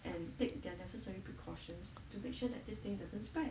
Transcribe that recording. and take their necessary precautions to make sure that this thing doesn't spread